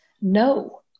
No